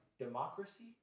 democracy